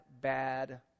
bad